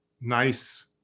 nice